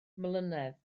mlynedd